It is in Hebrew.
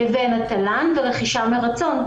לבין התל"ן ורכישה מרצון,